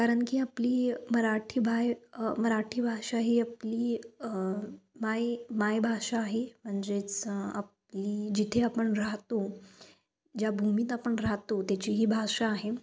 कारण की आपली मराठी भाय मराठी भाषा ही आपली माय मायभ भाषा आहे म्हणजेच आपली जिथे आपण राहतो ज्या भूमीत आपण राहतो त्याची ही भाषा आहे